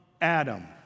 Adam